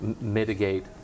mitigate